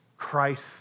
Christ